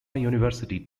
university